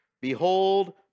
Behold